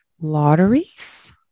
lotteries